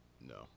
No